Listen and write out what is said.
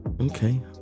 Okay